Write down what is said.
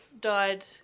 died